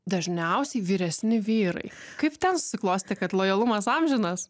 dažniausiai vyresni vyrai kaip ten susiklostė kad lojalumas amžinas